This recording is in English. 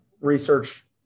research